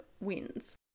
wins